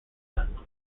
done